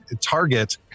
target